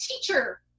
teacher